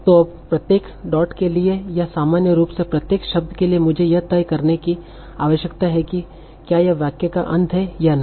तो अब प्रत्येक डॉट के लिए या सामान्य रूप से प्रत्येक शब्द के लिए मुझे यह तय करने की आवश्यकता है कि क्या यह वाक्य का अंत है या नहीं